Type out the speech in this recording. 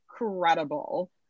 Incredible